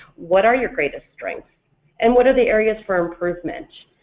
what are your greatest strengths and what are the areas for improvement?